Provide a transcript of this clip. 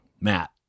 Matt